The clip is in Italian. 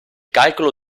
calcolo